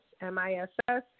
M-I-S-S